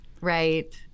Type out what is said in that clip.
Right